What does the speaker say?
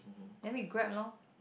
then we grab loh